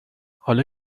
حالا